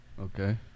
Okay